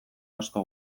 asko